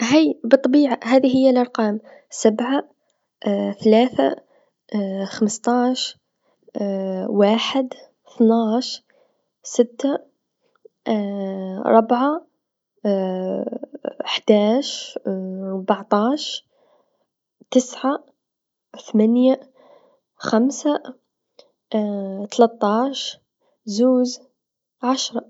هاي بالطبيعه هاذي هي اللرقام سبعا ثلاثا خمستاش واحد، أثناش، ستا ربعا حداش ربعتاش، تسعا، ثمنيا، خمسا، ثلتاش، زوز، عشرا.